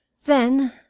then,